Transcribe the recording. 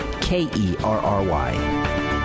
K-E-R-R-Y